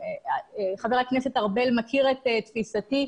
חבר הכנסת ארבל מכיר את תפיסתי.